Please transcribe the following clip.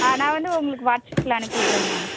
நான் வந்து உங்களுக்கு வாட்ஸ்அப்பில் அனுப்பிட்றங் மேம்